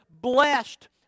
blessed